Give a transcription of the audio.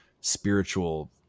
spiritual